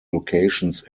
locations